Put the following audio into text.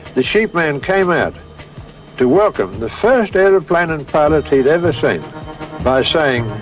the sheep man came out to welcome the first aeroplane and pilot he'd ever seen by saying,